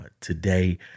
today